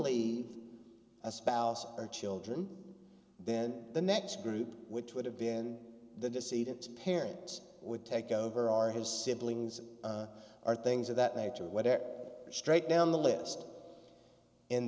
leave a spouse or children then the next group which would have been the deceit and parents would take over are his siblings are things of that nature where straight down the list in